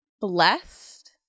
blessed